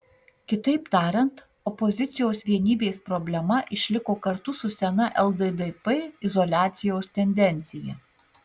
kitaip tariant opozicijos vienybės problema išliko kartu su sena lddp izoliacijos tendencija